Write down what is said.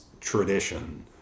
tradition